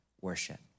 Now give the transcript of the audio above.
worship